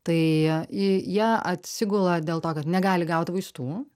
tai a i jie atsigula dėl to kad negali gaut vaistų